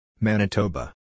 Manitoba